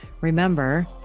Remember